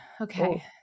Okay